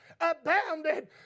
abounded